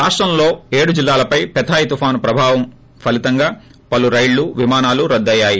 రాష్టంలోని ఏడు జిల్లాలపై పెథాయ్ తుఫాను ప్రభావం ఫలితంగా పలు రైళ్లు విమానాలు రద్దు అయ్యాయి